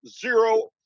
zero